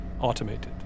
automated